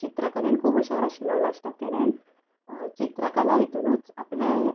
चित्रकलेन खूब हुशार आशिल्लो लास्टाक तेणेन चित्रकला हितुनूच आपलें